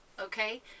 okay